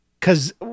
cause